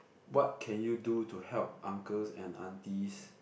what can you do to help uncles and aunties